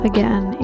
Again